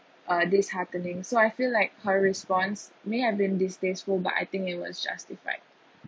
uh disheartening so I feel like high response me I've been distasteful but I think it was justified